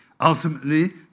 Ultimately